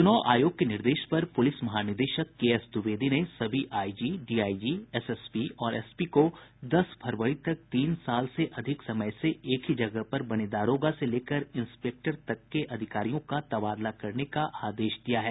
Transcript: चुनाव आयोग के निर्देश पर पुलिस महानिदेशक के एस द्विवेदी ने सभी आईजी डीआईजी एसएसपी और एसपी को दस फरवरी तक तीन साल से अधिक समय से एक ही जगह बने दारोगा से लेकर इंस्पेक्टर तक के अधिकारियों का तबादला करने का आदेश दिया है